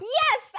yes